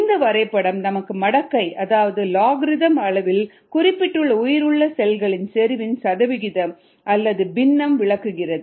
இந்த வரைபடம் நமக்கு மடக்கை அதாவது லாக்ரிதம் அளவில் குறிப்பிடப்பட்டுள்ள உயிருள்ள செல்களின் செறிவின் சதவீதம் அல்லது பின்னம் விளக்குகிறது